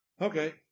okay